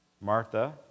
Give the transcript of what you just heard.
Martha